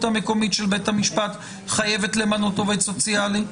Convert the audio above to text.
המקומית של בית המשפט חייבת למנות עובד סוציאלי?